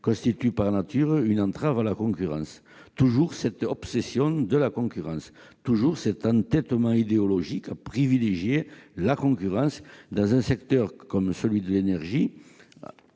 constitue par nature une entrave à la concurrence. Toujours cette obsession de la concurrence ! Toujours cet entêtement idéologique à privilégier la concurrence dans un secteur comme celui de l'énergie,